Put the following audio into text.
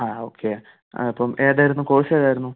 ആ ഓക്കേ അപ്പൊൾ ഏതായിരുന്നു കോഴ്സ് ഏതായിരുന്നു